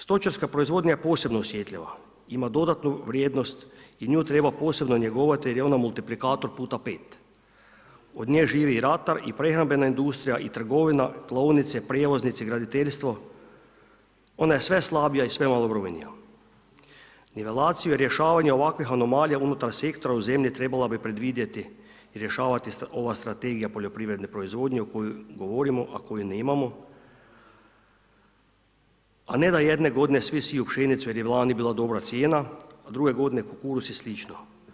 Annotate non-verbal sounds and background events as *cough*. Stočarska proizvodnja je posebno osjetljiva, ima dodatnu vrijednost i nju treba posebno njegovati jer je ona multiplikator puta 5. od nje živi ratar i prehrambena industrija i trgovina, klaonice, prijevoznici, graditeljstvo, ona je sve slabija i sve malobrojnija. ... *unintelligible* rješavanja ovakvih anomalija unutar sektora u zemlji trebala bi predvidjeti i rješavati ova strategija poljoprivredne proizvodnje o kojoj govorimo, a koju nemamo, a ne da jedne godine svi siju pšenicu jer je lani bila dobra cijena, a druge godine kukuruz i slično.